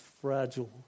fragile